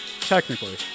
Technically